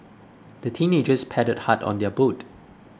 the teenagers paddled hard on their boat